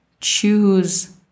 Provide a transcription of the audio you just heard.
choose